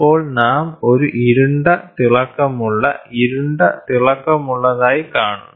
അപ്പോൾ നാം ഒരു ഇരുണ്ട തിളക്കമുള്ള ഇരുണ്ട തിളക്കമുള്ളതായി കാണുന്നു